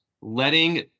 letting